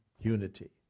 unity